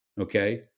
Okay